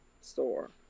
store